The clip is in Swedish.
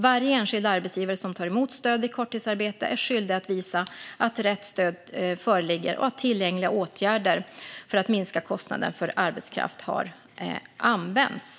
Varje enskild arbetsgivare som tar emot stöd vid korttidsarbete är skyldig att visa att rätt till stöd föreligger och att tillgängliga åtgärder för att minska kostnaden för arbetskraft har använts."